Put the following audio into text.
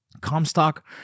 Comstock